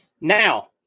Now